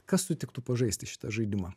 kas sutiktų pažaisti šitą žaidimą